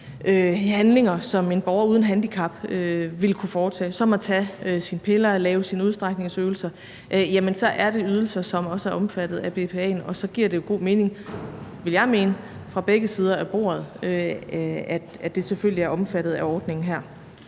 handlinger, som en borger uden handicap ville kunne foretage, som at tage sine piller eller lave sine udstrækningsøvelser, så er det også ydelser, som er omfattet af BPA'en. Og så giver det jo – ville jeg mene – også god mening for begge sider af bordet, at det selvfølgelig er omfattet af ordningen her.